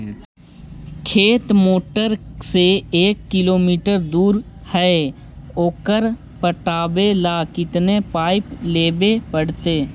खेत मोटर से एक किलोमीटर दूर है ओकर पटाबे ल केतना पाइप लेबे पड़तै?